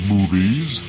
Movies